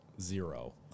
zero